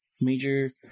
major